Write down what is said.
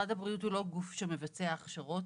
משרד הבריאות הוא לא גוף שמבצע הכשרות.